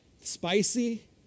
Spicy